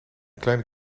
kleine